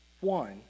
one